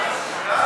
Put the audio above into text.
נתקבל.